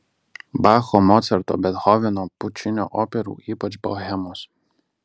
bacho mocarto bethoveno pučinio operų ypač bohemos